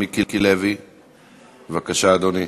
מיקי לוי, בבקשה, אדוני.